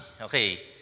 Okay